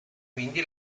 quindi